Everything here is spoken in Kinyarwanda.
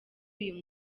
uyu